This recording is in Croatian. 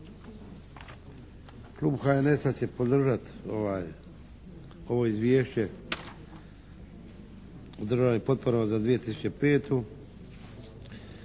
Klub HNS-a će podržati ovo izvješće o državnim potporama za 2005.